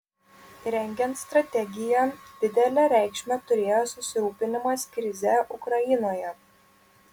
rengiant strategiją didelę reikšmę turėjo susirūpinimas krize ukrainoje